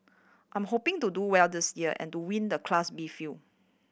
I'm hoping to do well this year and to win the Class B field